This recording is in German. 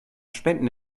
spenden